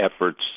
efforts